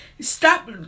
Stop